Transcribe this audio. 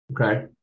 Okay